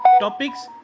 Topics